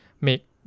make